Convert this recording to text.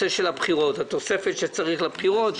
הבחירות היות ואנחנו עומדים ערב בחירות.